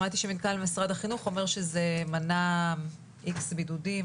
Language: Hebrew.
שמעתי שמנכ"ל משרד החינוך אומר שזה מנע X בידודים,